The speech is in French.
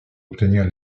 obtenir